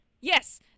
Yes